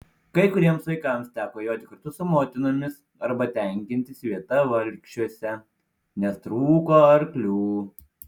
kai kuriems vaikams teko joti kartu su motinomis arba tenkintis vieta valkčiuose nes trūko arklių